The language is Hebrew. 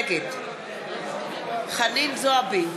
נגד חנין זועבי,